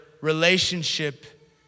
relationship